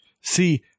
See